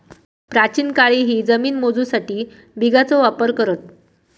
प्राचीन काळीही जमिनी मोजूसाठी बिघाचो वापर करत